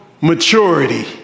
maturity